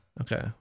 Okay